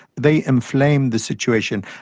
they inflamed the situation,